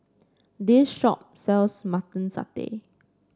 this shop sells Mutton Satay